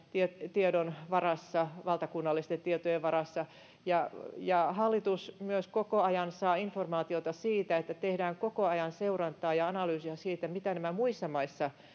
tiedon varassa valtakunnallisten tietojen varassa hallitus myös koko ajan saa informaatiota ja tehdään koko ajan seurantaa ja analyysiä siitä miten muissa maissa